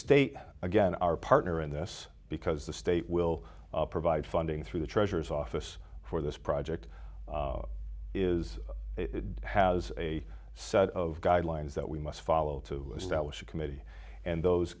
state again our partner in this because the state will provide funding through the treasurer's office for this project is has a set of guidelines that we must follow to establish a committee and those